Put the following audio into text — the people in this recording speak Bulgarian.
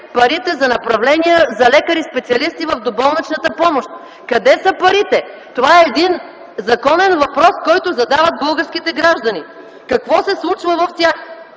парите за направления за лекари специалисти в доболничната помощ? Къде са парите? Това е един законен въпрос, който задават българските граждани! Какво се случва с тях